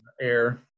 air